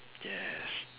yes